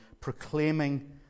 proclaiming